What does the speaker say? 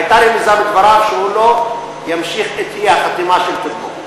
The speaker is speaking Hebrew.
הייתה רמיזה בדבריו שהוא לא ימשיך את האי-חתימה של קודמו.